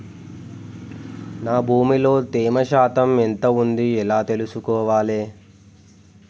నా భూమి లో తేమ శాతం ఎంత ఉంది ఎలా తెలుసుకోవాలే?